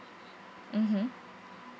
mmhmm